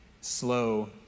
slow